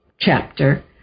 Chapter